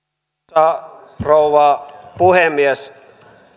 arvoisa rouva puhemies